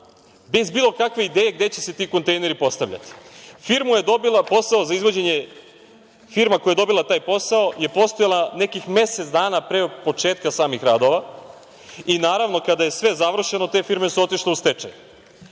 bez bilo kakve ideje gde će se ti kontejneri postaviti. Firma koja je dobila posao za izvođenje je postojala nekih mesec dana pre početka samih radova i, naravno, kada je sve završeno te firme su otišle u stečaj. Ono